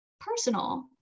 personal